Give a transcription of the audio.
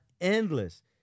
endless